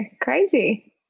Crazy